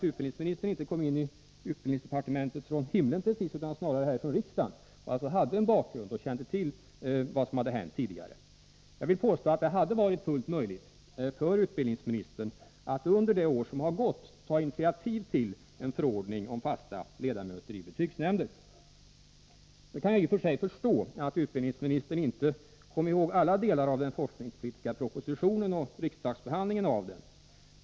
Utbildningsministern kom ju inte in i utbildningsdepartementet från himlen precis utan snarare från riksdagen och kände därför till vad som hade hänt tidigare. Jag vill påstå att det hade varit fullt möjligt för utbildningsministern att under det år som har gått ta initiativ till en förordning om fasta ledamöter i betygsnämnder. Nu kan jag i och för sig förstå att utbildningsministern inte kom ihåg alla delar av den forskningspolitiska propositionen och riksdagsbehandlingen av denna.